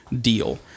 deal